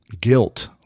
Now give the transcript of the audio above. guilt